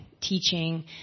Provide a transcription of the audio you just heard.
teaching